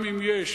גם אם יש,